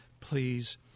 please